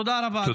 תודה רבה, אדוני.